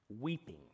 Weeping